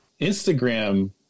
Instagram